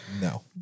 no